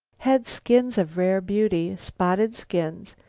had skins of rare beauty, spotted skins,